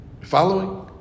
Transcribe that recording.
Following